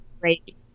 great